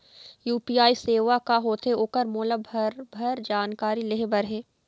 UPI सेवा का होथे ओकर मोला भरभर जानकारी लेहे बर हे?